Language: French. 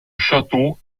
château